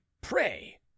pray